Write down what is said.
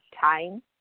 time